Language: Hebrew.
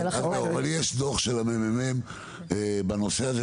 אבל יש דוח של מרכז המחקר והמידע בנושא הזה,